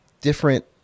different